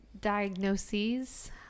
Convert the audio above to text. diagnoses